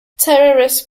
terrorist